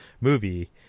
movie